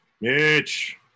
Mitch